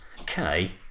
Okay